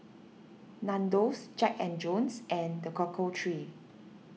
Nandos Jack and Jones and the Cocoa Trees